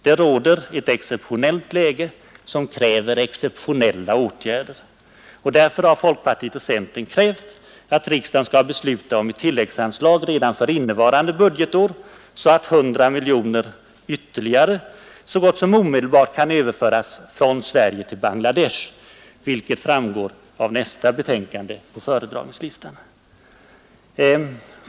Det råder ett exceptionellt läge, som kräver exceptionella åtgärder. Därför har folkpartiet och centern krävt att riksdagen skall besluta om ett tilläggsanslag redan för innevarande budgetår, så att ytterligare 100 miljoner så gott som omedelbart kan överföras från Sverige till Bangladesh, vilket framgår av nästa betänkande på föredragningslistan.